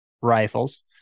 rifles